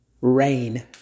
rain